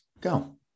Go